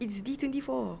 it's D twenty four